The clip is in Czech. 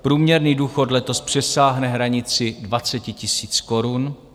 Průměrný důchod letos přesáhne hranici 20 000 korun.